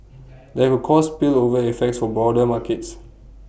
that could cause spillover effects for broader markets